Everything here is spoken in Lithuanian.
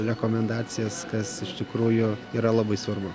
rekomendacijas kas iš tikrųjų yra labai svarbu